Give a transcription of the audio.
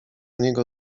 niego